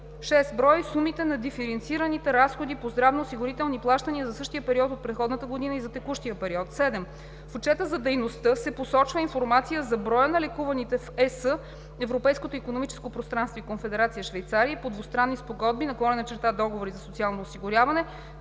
6. броят и сумите на диференцираните разходи по здравноосигурителни плащания за същия период от предходната година и за текущия период; 7. в отчета за дейността се посочва информация за броя на лекуваните в ЕС, Европейското икономическо пространство и Конфедерация Швейцария и по двустранни спогодби/договори за социално осигуряване,